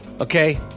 Okay